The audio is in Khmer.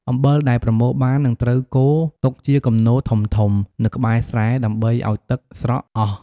អំបិលដែលប្រមូលបាន នឹងត្រូវគរទុកជាគំនរធំៗនៅក្បែរស្រែដើម្បីឱ្យទឹកស្រក់អស់។